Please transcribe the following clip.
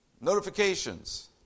notifications